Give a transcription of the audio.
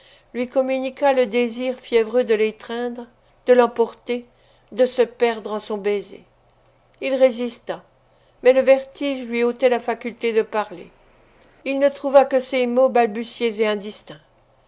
lui communiqua le désir fiévreux de l'étreindre de l'emporter de se perdre en son baiser il résista mais le vertige lui ôtait la faculté de parler il ne trouva que ces mots balbutiés et indistincts